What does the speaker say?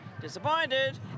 Disappointed